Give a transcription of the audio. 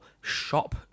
shop